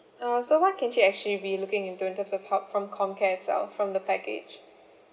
uh so what can she actually be looking into in terms of help from comcare itself from the package